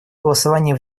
голосование